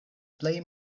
plej